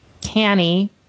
canny